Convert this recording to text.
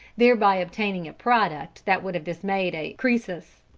thereby obtaining a product that would have dismayed a croesus.